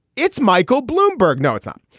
it's michael bloomberg. no, it's not.